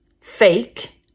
fake